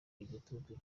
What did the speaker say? igitutu